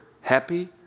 happy